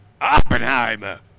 Oppenheimer